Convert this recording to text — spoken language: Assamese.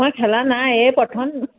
মই খেলা নাই এয়ে প্ৰথম